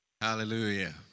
Hallelujah